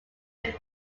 him